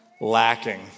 lacking